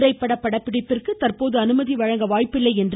திரைப்பட படப்பிடிப்பிற்கு தந்போது அனுமதி வழங்க வாய்ப்பில்லை என்று